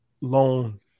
loan